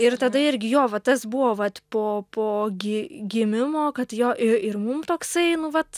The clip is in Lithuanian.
ir tada irgi jo va tas buvo vat po po gi gimimo kad jo ir mums toksai nu vat